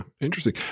interesting